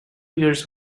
years